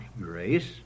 grace